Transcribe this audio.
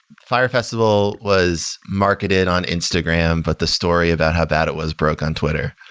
fire festival was marketed on instagram, but the story about how bad it was broke on twitter.